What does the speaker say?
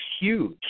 huge